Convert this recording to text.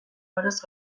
oroz